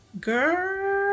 girl